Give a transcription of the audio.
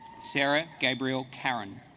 sarah gabriel karen